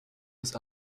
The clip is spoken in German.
des